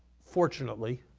fortunately,